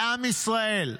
לעם ישראל: